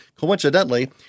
coincidentally